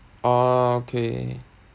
orh okay mm